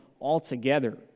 altogether